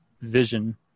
vision